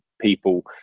people